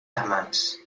armats